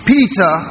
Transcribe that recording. Peter